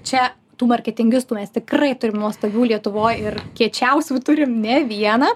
čia tų marketingistų mes tikrai turim nuostabių lietuvoj ir kiečiausių turim ne vieną